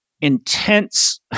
intense